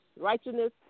righteousness